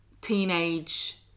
teenage